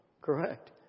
correct